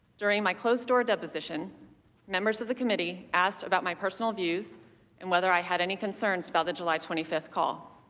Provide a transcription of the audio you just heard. during my closed-door deposition members of the committee asked about my personal views and whether i had any concerns about the july twenty five call.